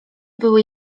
były